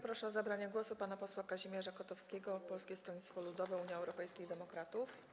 Proszę o zabranie głosu pana posła Kazimierza Kotowskiego, Polskie Stronnictwo Ludowe - Unia Europejskich Demokratów.